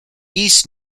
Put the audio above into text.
east